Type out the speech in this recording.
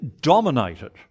dominated